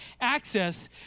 Access